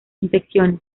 infecciones